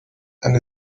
and